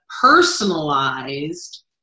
personalized